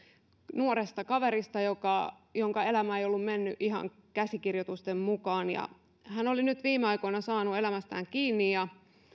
nuoresta kaverista jonka elämä ei ollut mennyt ihan käsikirjoitusten mukaan hän oli nyt viime aikoina saanut elämästään kiinni ja